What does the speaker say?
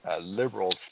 liberals